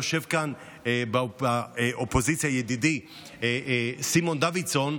יושב כאן באופוזיציה ידידי סימון דוידסון,